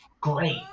great